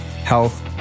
health